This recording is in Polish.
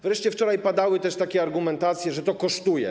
Wreszcie wczoraj padały też takie argumentacje, że to kosztuje.